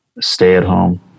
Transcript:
stay-at-home